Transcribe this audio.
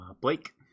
Blake